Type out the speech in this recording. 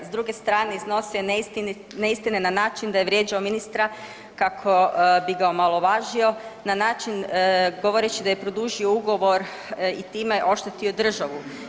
S druge strane, iznosio je neistine na način da je vrijeđao ministra kako bi ga omalovažio na način, govoreći da je produžio ugovor i time oštetio državu.